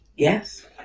Yes